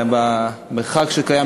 המרחק שקיים,